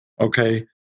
Okay